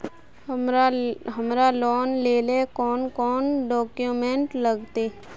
हमरा लोन लेले कौन कौन डॉक्यूमेंट लगते?